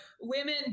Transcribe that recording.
women